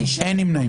הצבעה לא אושרו.